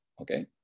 Okay